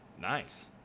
nice